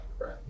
right